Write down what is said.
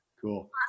cool